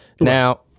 Now